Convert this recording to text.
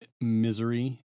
misery